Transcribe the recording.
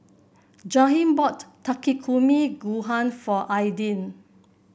Jaheim bought Takikomi Gohan for Aydin